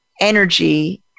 energy